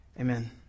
Amen